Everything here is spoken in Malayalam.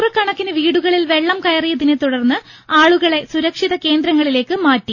നൂറുകണക്കിന് വീടുകളിൽ വെള്ളം കയറുകയതിനെ തുടർന്ന് ആളുകളെ സുരക്ഷിത കേന്ദ്രങ്ങളിലേക്ക് മാറ്റി